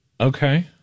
Okay